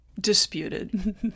Disputed